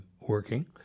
working